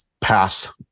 pass